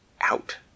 out